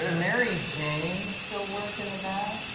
and mary jane still work in the back?